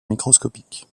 microscopique